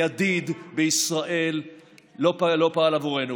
ידיד ישראל לא פעל עבורנו,